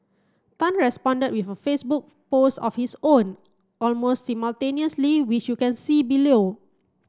tan responded with a Facebook post of his own almost simultaneously which you can see below